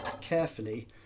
carefully